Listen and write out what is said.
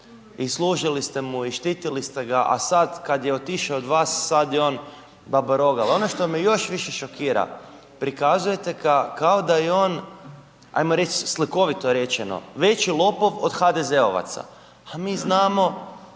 i služili ste mu i štitili ste ga, a sad kad je otišo od vas, sad je on babaroga. Al ono što me još više šokira prikazujete ga kao da je on, ajmo reć, slikovito rečemo, veći lopov od HDZ-ovaca, a mi znamo,